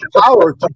power